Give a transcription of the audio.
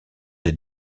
des